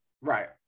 right